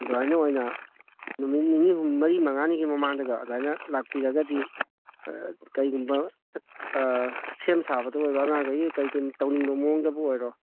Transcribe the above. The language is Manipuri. ꯑꯗꯨꯃꯥꯏꯅ ꯑꯣꯏꯅ ꯅꯨꯃꯤꯠ ꯅꯤꯅꯤ ꯍꯨꯝꯅꯤ ꯃꯔꯤ ꯃꯉꯥꯅꯤꯒꯤ ꯃꯃꯥꯡꯗꯒ ꯑꯗꯨꯃꯥꯏꯅ ꯂꯥꯛꯄꯤꯔꯒꯗꯤ ꯀꯩꯒꯨꯝꯕ ꯁꯦꯝ ꯁꯥꯕꯗ ꯑꯣꯏꯔꯣ ꯑꯉꯥꯡꯒꯩ ꯀꯩꯀꯩ ꯇꯧꯅꯤꯡꯕ ꯃꯑꯣꯡꯗꯕꯨ ꯑꯣꯏꯔꯣ